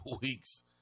weeks